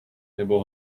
nebo